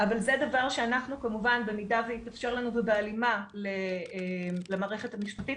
אבל זה דבר שכמובן במידה ויתאפשר לנו ובהלימה למערכת המשפטית,